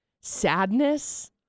sadness